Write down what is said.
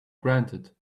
granted